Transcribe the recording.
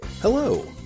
Hello